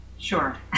sure